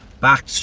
back